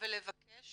ולבקש